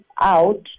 out